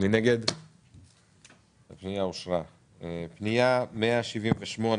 הצבעה פנייה מס' 130,